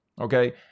Okay